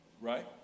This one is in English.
right